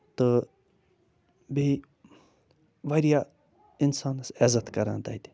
تہٕ بیٚیہِ وارِیاہ اِنسانس عٮ۪زتھ کَران تَتہِ